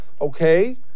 Okay